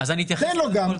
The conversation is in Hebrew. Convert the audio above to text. תן לו גם,